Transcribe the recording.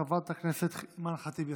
חברת הכנסת אימאן ח'טיב יאסין,